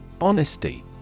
Honesty